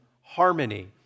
harmony